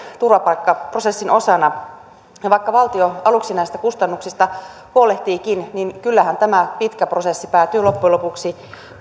turvapaikkaprosessin osana ja vaikka valtio aluksi näistä kustannuksista huolehtiikin niin kyllähän tämä pitkä prosessi päätyy loppujen lopuksi